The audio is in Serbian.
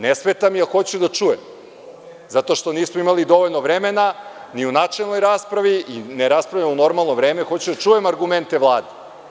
Ne smeta mi, ali hoću da čujem, jer nismo imali dovoljno vremena ni u načelnoj raspravi, ne raspravljamo u normalno vreme, argumente Vlade.